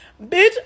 bitch